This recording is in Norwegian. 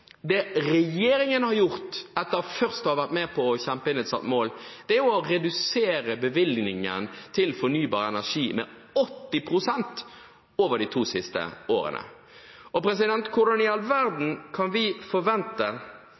Det regjeringen har gjort, etter først å ha vært med på å kjempe inn et sånt mål, er å redusere bevilgningen til fornybar energi med 80 pst. over de to siste årene. Hvordan i all verden kan vi forvente